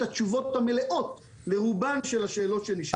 התשובות המלאות לרובן של השאלות שנשאלו.